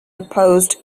opposed